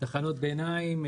תחנות ביניים,